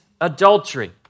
adultery